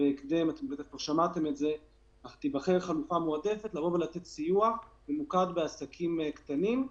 בהקדם תיבחר חלופה מועדפת לנתינת סיוע שממוקד בעסקים קטנים,